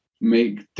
make